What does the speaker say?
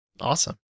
Awesome